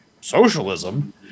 socialism